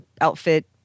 outfit